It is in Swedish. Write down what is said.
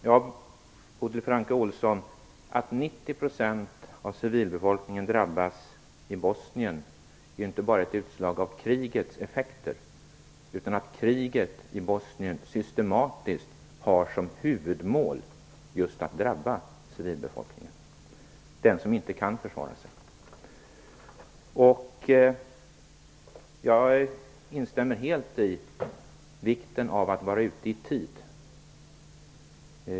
Herr talmin! Bodil Francke Ohlsson, att 90 % av civilbefolkningen drabbas i Bosnien är inte bara ett utslag av krigets effekter. Kriget i Bosnien har systematiskt som huvudmål just att drabba civilbefolkningen, den som inte kan försvara sig. Jag instämmer helt i att det är viktigt att vara ute i tid.